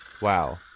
wow